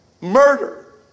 murder